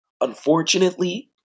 unfortunately